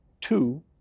two